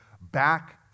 back